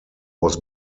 was